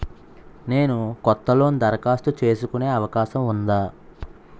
నేను కొత్త లోన్ దరఖాస్తు చేసుకునే అవకాశం ఉందా?